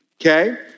Okay